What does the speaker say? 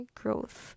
growth